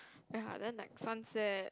then like sunset